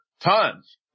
tons